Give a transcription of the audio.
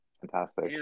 Fantastic